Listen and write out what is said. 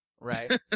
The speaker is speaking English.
Right